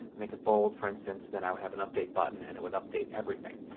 make it bold for instance, then i would have an update button and it would update everything.